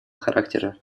характера